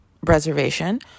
reservation